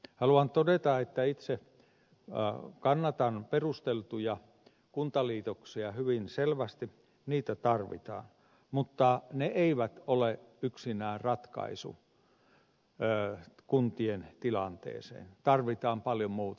haluan todeta että itse kannatan perusteltuja kuntaliitoksia hyvin selvästi niitä tarvitaan mutta ne eivät ole yksinään ratkaisu kuntien tilanteeseen tarvitaan paljon muutakin